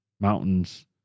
mountains